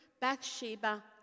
Bathsheba